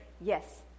Yes